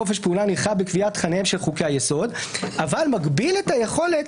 חופש פעולה נרחב בקביעת תכניהם של חוקי היסוד אבל מגביל את היכולת